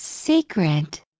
Secret